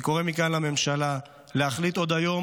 אני קורא מכאן לממשלה להחליט עוד היום